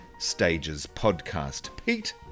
stagespodcastpete